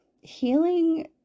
Healing